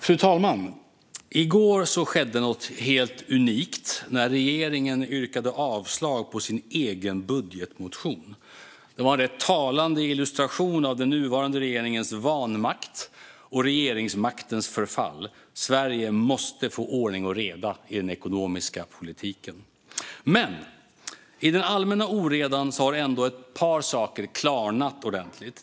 Fru talman! I går skedde något helt unikt: Regeringen yrkade avslag på sin egen budgetproposition. Det var en rätt talande illustration av den nuvarande regeringens vanmakt och regeringsmaktens förfall. Sverige måste få ordning och reda i den ekonomiska politiken. I den allmänna oredan har dock ett par saker ändå klarnat ordentligt.